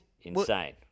insane